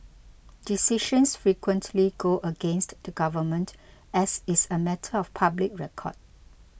decisions frequently go against the government as is a matter of public record